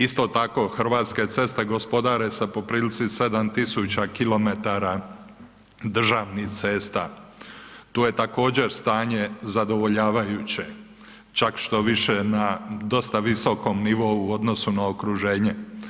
Isto tako Hrvatske ceste gospodare sa po prilici 7.000 km državnih cesta, tu je također stanje zadovoljavajuće čak što više na dosta visokom nivou u odnosu na okruženje.